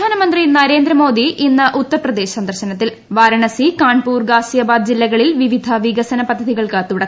പ്രധാനമന്ത്രി നരേന്ദ്ര മോദി ഇന്ന് ഉത്തർപ്രദേശ് സന്ദർശനത്തിൽവാരണസികാൺപൂർ ഗാസിയാബാദ് ജില്ലകളിൽ വിവിധ വികസന പദ്ധതികൾക്ക് തുടക്കം കുറിക്കും